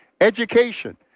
education